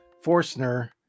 Forstner